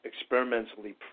experimentally